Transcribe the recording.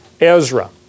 Ezra